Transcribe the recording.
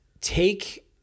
take